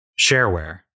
shareware